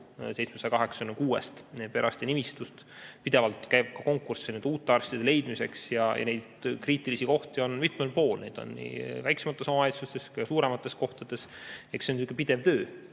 786 perearstinimistust. Pidevalt käib konkursse uute arstide leidmiseks. Neid kriitilisi kohti on mitmel pool, neid on nii väiksemates omavalitsustes kui ka suuremates kohtades. Eks see ole pidev töö.